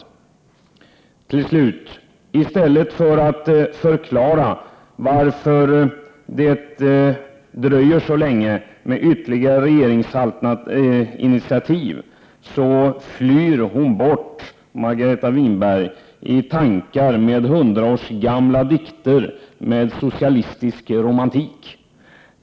Avslutningsvis vill jag säga att i stället för att förklara varför det dröjer så länge med ytterligare regeringsinitiativ flyr Margareta Winberg bort till tankar om hundra år gamla dikter med socialistisk romantik.